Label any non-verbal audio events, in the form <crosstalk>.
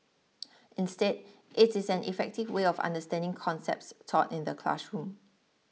<noise> instead it is an effective way of understanding concepts taught in the classroom